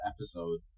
episode